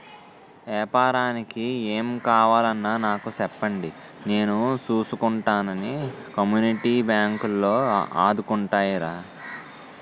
ఏపారానికి ఏం కావాలన్నా నాకు సెప్పండి నేను సూసుకుంటానని కమ్యూనిటీ బాంకులు ఆదుకుంటాయిరా